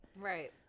Right